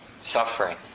suffering